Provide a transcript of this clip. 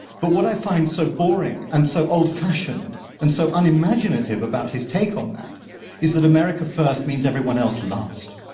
but what i find so boring and so old-fashioned and so unimaginative about his take on that is that america first means everyone else last,